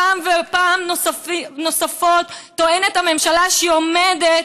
פעם ועוד פעם טוענת הממשלה שהיא עומדת,